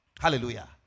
Hallelujah